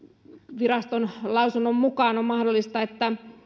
viraston lausunnon mukaan on mahdollista että